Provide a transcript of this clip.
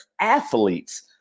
athletes